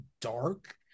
dark